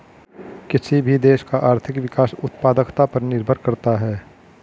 किसी भी देश का आर्थिक विकास उत्पादकता पर निर्भर करता हैं